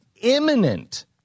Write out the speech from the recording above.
imminent